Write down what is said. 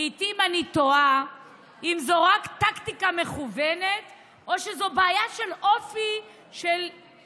לעיתים אני תוהה אם זו רק טקטיקה מכוונת או שזאת בעיה של אופי ומסוגלות.